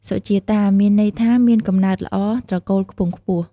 សុជាតា មានន័យថាមានកំណើតល្អ ត្រកូលខ្ពង់ខ្ពស់។